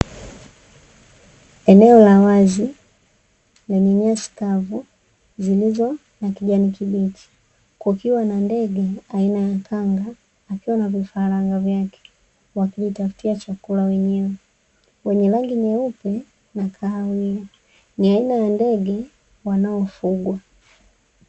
Eneo la wazi lenye nyasi kavu zilizo na kijani kibichi. Kukiwa na ndege aina ya kanga akiwa na vifaranga vyake, wakijitafutia chakula wenyewe; mwenye rangi nyeupe na kahawia. Ni aina ya ndege wanaofugwa.